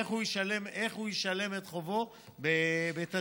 איך הוא ישלם את חובו בתשלומים,